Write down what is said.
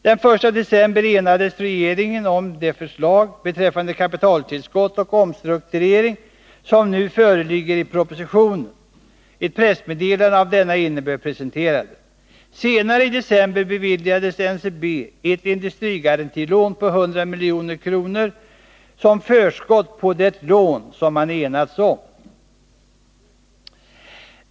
Den 1 december 1980 enades regeringen om det förslag beträffande kapitaltillskott och omstrukturering som nu föreligger i propositionen. Ett pressmeddelande av denna innebörd presenterades. Senare i december beviljades NCB ett industrigarantilån på 100 milj.kr. — som förskott på det lån man enats om.